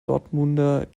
dortmunder